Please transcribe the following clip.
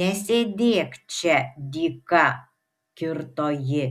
nesėdėk čia dyka kirto ji